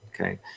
Okay